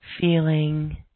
feeling